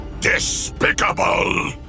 Despicable